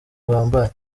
buhambaye